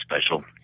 special